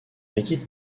équipe